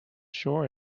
sure